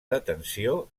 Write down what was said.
detenció